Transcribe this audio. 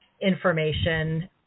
information